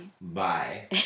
Bye